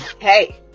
hey